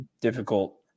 difficult